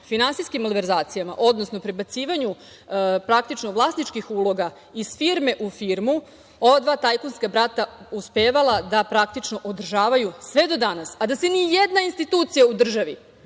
finansijskim malverzacijama, odnosno prebacivanju praktično vlasničkih uloga iz firme u firmu ova dva tajkunska brata uspevala da praktično održavaju sve do danas, a da se ni jedna institucija u državi